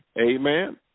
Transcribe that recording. Amen